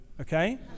Okay